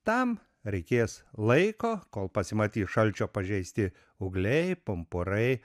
tam reikės laiko kol pasimatys šalčio pažeisti ūgliai pumpurai